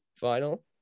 final